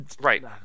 Right